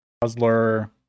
puzzler